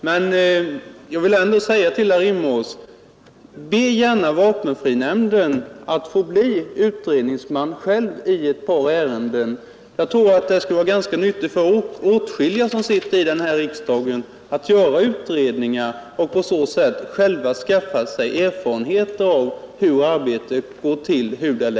Men jag vill ändå säga till herr Rimås: Be gärna vapenfrinämnden om att få bli utredningsman själv i ett par ärenden. Jag tror det skulle vara ganska nyttigt för åtskilliga riksdagsledamöter att göra utredningar och på så sätt själva skaffa sig erfarenheter av hur arbetet går till.